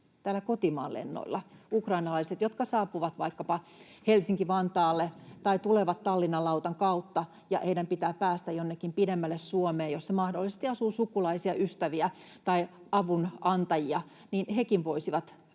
— kotimaan lennoilla — ukrainalaiset, jotka saapuvat vaikkapa Helsinki—Vantaalle tai tulevat Tallinnan-lautalla ja joiden pitää päästä jonnekin pidemmälle Suomeen, jossa mahdollisesti asuu sukulaisia, ystäviä tai avunantajia, voisivat